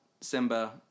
Simba